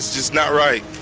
just not right.